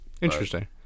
Interesting